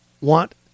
want